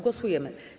Głosujemy.